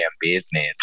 business